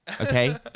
Okay